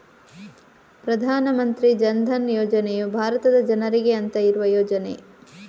ಪ್ರಧಾನ ಮಂತ್ರಿ ಜನ್ ಧನ್ ಯೋಜನೆಯು ಭಾರತದ ಜನರಿಗೆ ಅಂತ ಇರುವ ಯೋಜನೆ